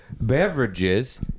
beverages